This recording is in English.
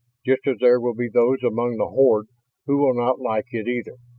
just as there will be those among the horde who will not like it either.